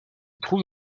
trouve